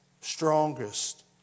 strongest